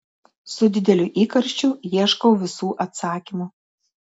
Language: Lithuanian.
su dideliu įkarščiu ieškau visų atsakymų